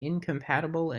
incompatible